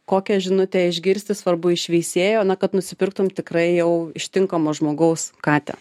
kokią žinutę išgirsti svarbu iš veisėjo na kad nusipirktum tikrai jau iš tinkamo žmogaus katę